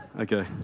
Okay